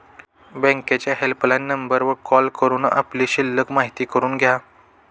बँकेच्या हेल्पलाईन नंबरवर कॉल करून आपली शिल्लक माहिती करून घ्या